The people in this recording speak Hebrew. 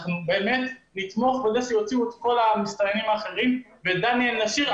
אנחנו באמת נתמוך בזה שיוציאו את כל המסתננים האחרים ואת דניאל נשאיר,